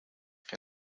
que